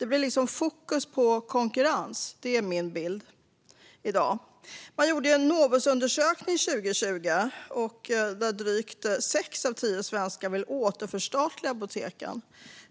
Min bild är att fokus i dag blir på konkurrens. Man gjorde en Novusundersökning år 2020. Den visade att drygt sex av tio svenskar vill återförstatliga apoteken.